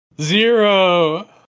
Zero